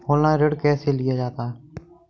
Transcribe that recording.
Online ऋण कैसे लिया जाता है?